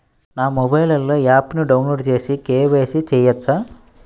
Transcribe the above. నా మొబైల్లో ఆప్ను డౌన్లోడ్ చేసి కే.వై.సి చేయచ్చా?